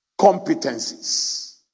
competencies